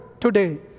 today